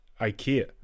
ikea